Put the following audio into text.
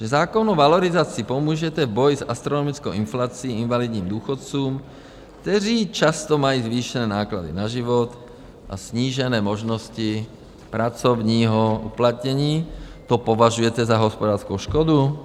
Že zákonnou valorizací pomůžete v boji s astronomickou inflací invalidním důchodcům, kteří často mají zvýšené náklady na život a snížené možnosti pracovního uplatnění, to považujete za hospodářskou škodu?